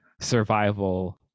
survival